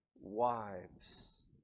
wives